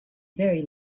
very